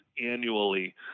annually